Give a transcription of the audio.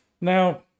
Now